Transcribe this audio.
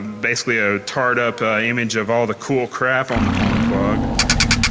basically a tarred up image of all the cool crap on the pwn plug.